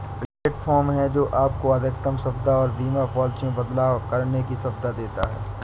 platform है, जो आपको अधिकतम सुविधा और बीमा पॉलिसी में बदलाव करने की सुविधा देता है